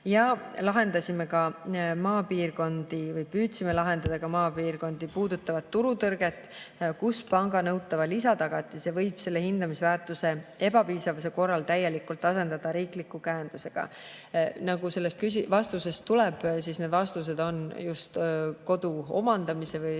Lahendasime või püüdsime lahendada ka maapiirkondi puudutavat turutõrget, kus panga nõutava lisatagatise võib selle hindamisväärtuse ebapiisavuse korral täielikult asendada riikliku käendusega. Nagu sellest vastusest välja tuleb, on need vastused just kodu omandamise või